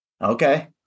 okay